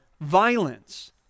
violence